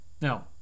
Now